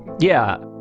yeah